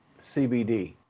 CBD